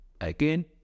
again